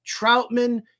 Troutman